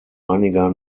einiger